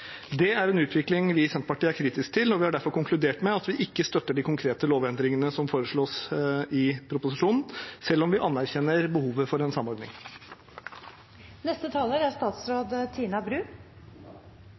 Det er en utvikling vi i Senterpartiet er kritisk til, og vi har derfor konkludert med at vi ikke støtter de konkrete lovendringene som foreslås i proposisjonen, selv om vi anerkjenner behovet for en samordning.